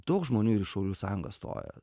daug žmonių ir į šaulių sąjungą stoja